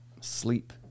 sleep